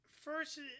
first